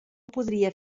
podria